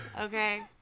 okay